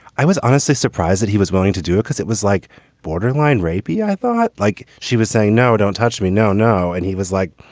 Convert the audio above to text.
i was honestly surprised that he was willing to do it because it was like borderline rape. i thought like she was saying, no, don't touch me. no, no. and he was like,